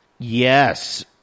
Yes